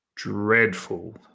Dreadful